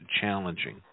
challenging